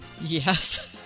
Yes